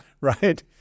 Right